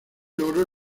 logro